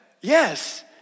yes